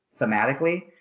thematically